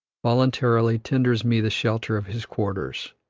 voluntarily tenders me the shelter of his quarters,